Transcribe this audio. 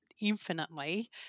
infinitely